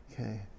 Okay